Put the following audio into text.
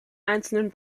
einzelnen